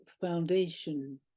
foundation